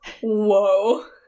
Whoa